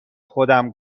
خودم